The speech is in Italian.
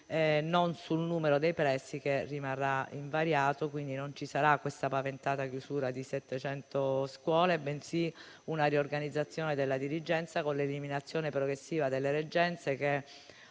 non sul numero dei plessi, che rimarrà invariato. Quindi non ci sarà la paventata chiusura di 700 scuole, bensì una riorganizzazione della dirigenza con l'eliminazione progressiva delle reggenze, che